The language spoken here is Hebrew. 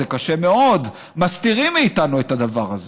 זה קשה מאוד, מסתירים מאיתנו את הדבר הזה.